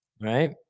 right